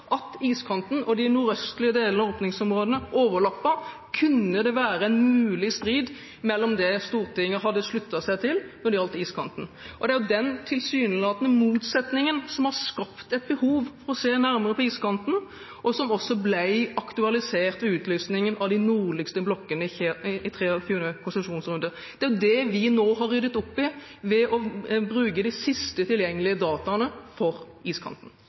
at iskanten og de nordøstlige delene av åpningsområdene overlapper, kunne det være en mulig strid mellom det Stortinget hadde sluttet seg til når det gjaldt iskanten. Det er den tilsynelatende motsetningen som har skapt et behov for å se nærmere på iskanten, og som også ble aktualisert ved utlysingen av de nordligste blokkene i 23. konsesjonsrunde. Det er det vi nå har ryddet opp i ved å bruke de siste tilgjengelige dataene for iskanten.